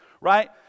right